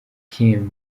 kim